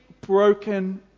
broken